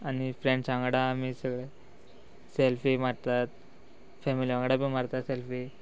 आनी फ्रेंड्सां वांगडा आमी सगळे सेल्फी मारतात फॅमिली वांगडा बी मारतात सेल्फी